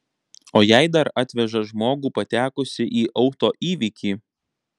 o jei dar atveža žmogų patekusį į auto įvykį